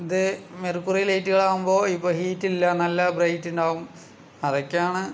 ഇത് മെർക്കുറി ലൈറ്റുകളാകുമ്പോൾ ഇപ്പം ഹീറ്റില്ലാ നല്ല ബ്രൈറ്റുണ്ടാകും അതൊക്കെയാണ്